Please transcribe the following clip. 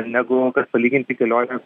negu kad palyginti kelionės